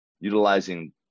utilizing